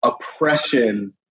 oppression